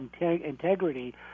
Integrity